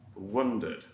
wondered